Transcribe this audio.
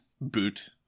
Boot